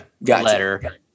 letter